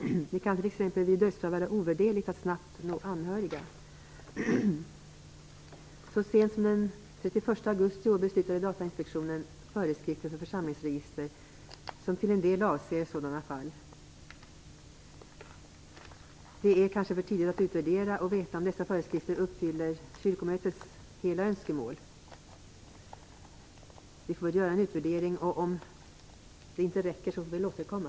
Det kan t.ex. vid dödsfall vara ovärderligt att snabbt nå anhöriga. Så sent som den 31 augusti i år beslutade Datainspektionen om föreskrifter för församlingsregister som till en del avser sådana fall. Det är kanske för tidigt att utvärdera och nu veta om dessa föreskrifter uppfyller kyrkomötets hela önskemål. Vi får göra en utvärdering, och om det inte räcker får vi återkomma.